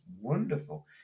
wonderful